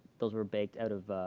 those were baked out of